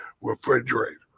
refrigerator